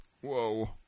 Whoa